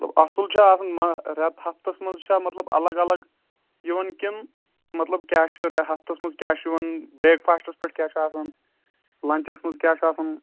اَصٕل چھُ آسان ما رٮ۪ت ہَفتَس منٛز چھا مطلب الگ الگ یِوان کِنہٕ مطلب کیٛاہ چھُ رِ ہَفتَس منٛز کیٛاہ چھُ یِوان برٛیکفاسٹَس پٮ۪ٹھ کیٛاہ چھُ آسان لنٛچَس منٛز کیٛاہ چھُ آسان